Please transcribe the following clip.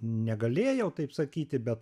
negalėjau taip sakyti bet